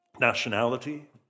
nationality